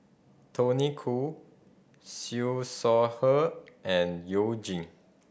Tony Khoo Siew Shaw Her and You Jin